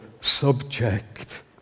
subject